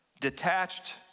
detached